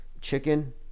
Chicken